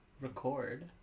Record